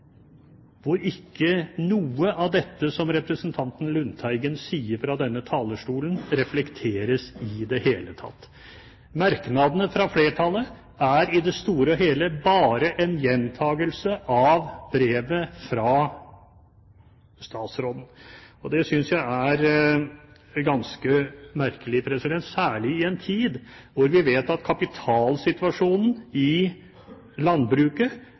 hvor ikke noe av det som representanten Lundteigen sier fra denne talerstolen, reflekteres i det hele tatt. Merknadene fra flertallet er i det store og hele bare en gjentagelse av brevet fra statsråden. Det synes jeg er ganske merkelig, særlig i en tid da vi vet at kapitalsituasjonen i landbruket